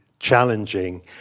challenging